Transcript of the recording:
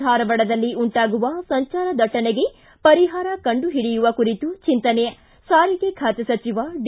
ಧಾರವಾಡದಲ್ಲಿ ಉಂಟಾಗುವ ಸಂಚಾರ ದಟ್ಟಣೆಗೆ ಪರಿಹಾರ ಕಂಡುಹಿಡಿಯುವ ಕುರಿತು ಚಿಂತನೆ ಸಾರಿಗೆ ಖಾತೆ ಸಚಿವ ಡಿ